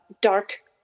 dark